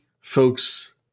folks